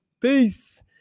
Peace